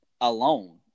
alone